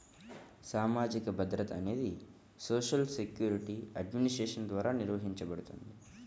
సామాజిక భద్రత అనేది సోషల్ సెక్యూరిటీ అడ్మినిస్ట్రేషన్ ద్వారా నిర్వహించబడుతుంది